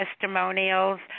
testimonials